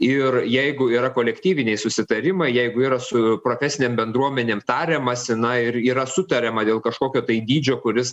ir jeigu yra kolektyviniai susitarimai jeigu yra su profesinėm bendruomenėm tariamasi na ir yra sutariama dėl kažkokio tai dydžio kuris